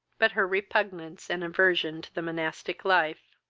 but her repugnance and aversion to the monastic life.